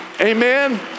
Amen